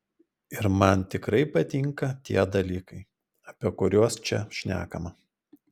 ir man tikrai patinka tie dalykai apie kuriuos čia šnekama